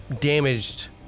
damaged